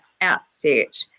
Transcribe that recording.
outset